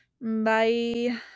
Bye